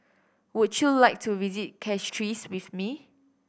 would you like to visit Castries with me